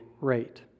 rate